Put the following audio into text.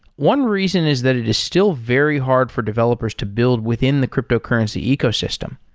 one reason is that it is still very hard for developers to build within the cryptocurrency ecosystem.